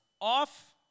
off